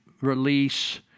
release